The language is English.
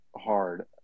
hard